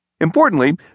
Importantly